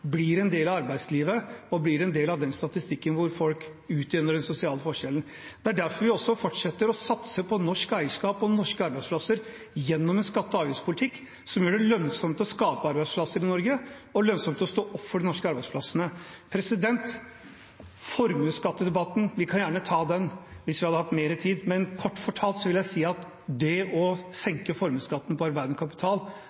blir en del av arbeidslivet og av statistikken der folk utjevner de sosiale forskjellene. Det er derfor vi også fortsetter å satse på norsk eierskap og norske arbeidsplasser gjennom en skatte- og avgiftspolitikk som gjør det lønnsomt å skape arbeidsplasser i Norge og lønnsomt å stå opp for de norske arbeidsplassene. Formuesskattdebatten – vi kunne gjerne tatt den hvis vi hadde hatt mer tid. Men kort fortalt vil jeg si at det å